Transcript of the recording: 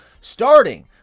starting